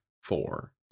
four